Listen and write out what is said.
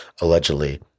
allegedly